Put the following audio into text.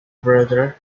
brother